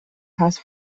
has